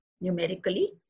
numerically